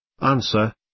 Answer